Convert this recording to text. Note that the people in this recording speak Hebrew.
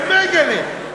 אז בייגלה.